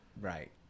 right